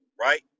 right